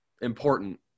important